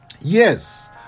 Yes